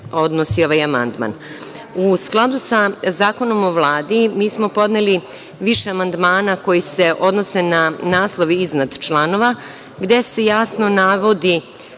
skladu sa Zakonom o Vladi mi smo podneli više amandmana koji se odnose na naslove iznad članova, gde se jasno navodi